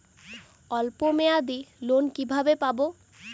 অল্প মেয়াদি লোন কিভাবে পাব?